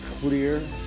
clear